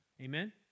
Amen